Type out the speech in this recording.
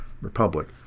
Republic